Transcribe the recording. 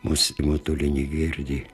mūs motulė negirdi